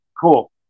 cool